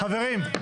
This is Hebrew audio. חברים,